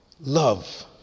love